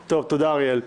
אריאל.